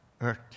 Earth